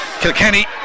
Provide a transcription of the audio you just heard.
Kilkenny